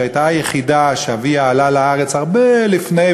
שהייתה היחידה שאביה עלה לארץ הרבה לפני,